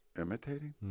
imitating